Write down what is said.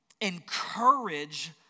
encourage